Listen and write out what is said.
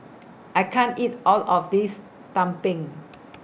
I can't eat All of This Tumpeng